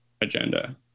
agenda